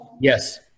Yes